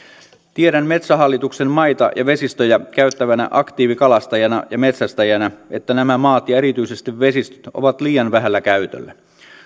tiedän metsähallituksen maita ja vesistöjä käyttävänä aktiivikalastajana ja metsästäjänä että nämä maat ja erityisesti vesistöt ovat liian vähällä käytöllä